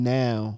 now